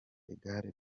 igare